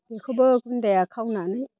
बेखौबो गुन्दाया खावनानै